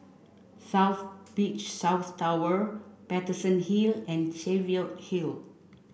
South Beach South Tower Paterson Hill and Cheviot Hill